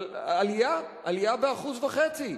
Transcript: אבל עלייה, עלייה ב-1.5%.